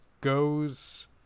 goes